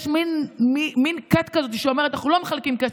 יש מין כת כזאת שאומרת: אנחנו לא מחלקים כסף,